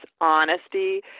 honesty